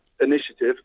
initiative